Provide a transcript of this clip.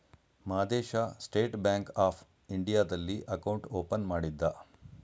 Madesha state bank of ಇಂಡಿಯಾದಲ್ಲಿ account open ಮಾಡಿದ್ದ